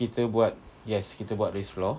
kita buat yes kita buat raised floor